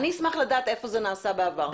אני אשמח לדעת איפה זה נעשה בעבר.